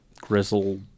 grizzle